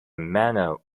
manor